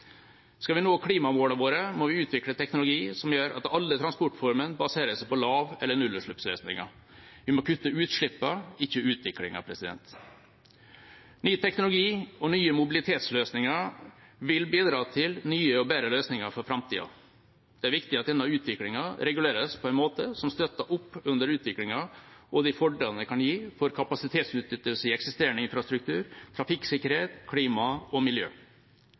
Skal vi nå klimamålene våre, må vi utvikle teknologi som gjør at alle transportformene baserer seg på lav- eller nullutslippsløsninger. Vi må kutte utslippene, ikke utviklingen. Ny teknologi og nye mobilitetsløsninger vil bidra til nye og bedre løsninger for framtida. Det er viktig at denne utviklingen reguleres på en måte som støtter opp under utviklingen og de fordelene den kan gi for kapasitetsutnyttelse i eksisterende infrastruktur, trafikksikkerhet, klima og miljø.